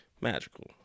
Magical